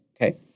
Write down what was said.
okay